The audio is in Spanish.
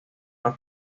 una